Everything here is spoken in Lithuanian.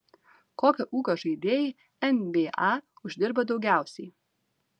kokio ūgio žaidėjai nba uždirba daugiausiai